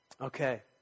Okay